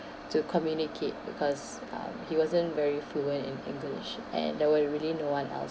to communicate because um he wasn't very fluent in english and there were really no one else